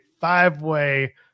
five-way